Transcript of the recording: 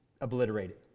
obliterated